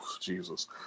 Jesus